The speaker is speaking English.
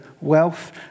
wealth